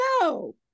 No